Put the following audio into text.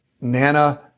Nana